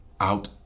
out